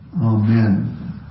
Amen